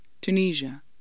Tunisia